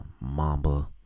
mamba